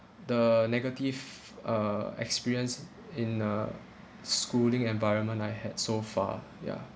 the negative uh experience in a schooling environment I had so far ya